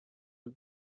but